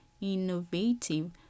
innovative